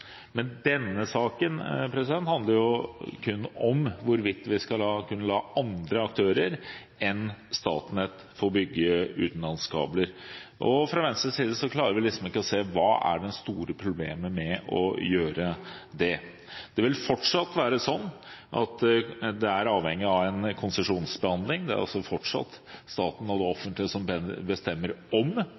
Men denne saken handler jo kun om hvorvidt vi skal kunne la andre aktører enn Statnett få bygge utenlandskabler. Fra Venstres side klarer vi ikke å se hva som er det store problemet med å gjøre det. Det vil fortsatt være slik at en er avhengig av en konsesjonsbehandling. Det er fortsatt staten og det offentlige som bestemmer om